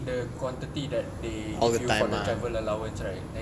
the quantity that the the travel allowance right